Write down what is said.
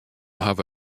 hawwe